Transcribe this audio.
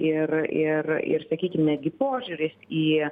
ir ir ir sakykim netgi požiūris į